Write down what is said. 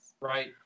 right